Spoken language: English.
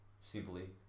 simply